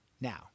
Now